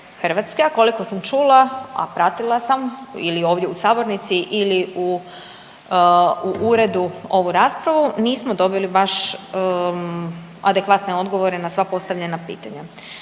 koliko sam čula, a pratila sam ili ovdje u sabornici ili u uredu ovu raspravu, nismo dobili baš adekvatne odgovore na sva postavljena pitanja.